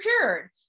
cured